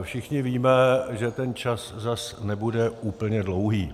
Všichni víme, že ten čas tak nebude úplně dlouhý.